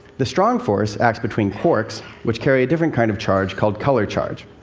the strong force acts between quarks which carry a different kind of charge, called color charge,